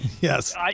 Yes